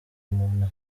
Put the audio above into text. umuntu